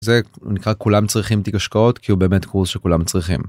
זה נקרא כולם צריכים תיק השקעות כי הוא באמת קורס שכולם צריכים.